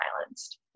silenced